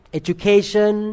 education